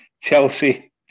Chelsea